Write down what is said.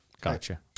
Gotcha